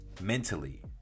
Mentally